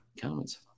Comments